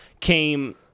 came